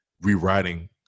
rewriting